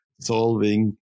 solving